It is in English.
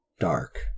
dark